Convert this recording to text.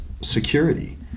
security